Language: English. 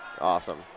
Awesome